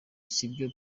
sibyo